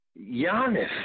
Giannis